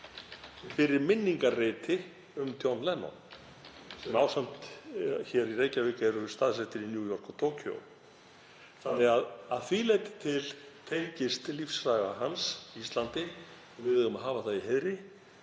fyrir minningarreiti um John Lennon sem ásamt hér í Reykjavík eru staðsettir í New York og Tókíó. Að því leyti til tengist lífssaga hans Íslandi og við eigum að hafa það í heiðri.